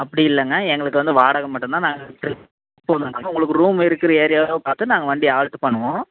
அப்படி இல்லைங்க எங்களுக்கு வந்து வாடகை மட்டும் தான் உங்களுக்கு ரூம் வேறு யாரையாவது பார்த்து நாங்கள் வந்து ஆல்ட்ரு பண்ணுவோம்